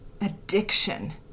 addiction